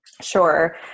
Sure